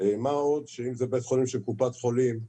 מה עוד שאם זה בית חולים של קופת חולים,